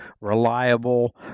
reliable